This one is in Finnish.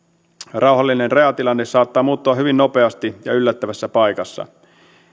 rauhallinen rajatilanne saattaa muuttua hyvin nopeasti ja yllättävässä paikassa